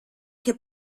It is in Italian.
che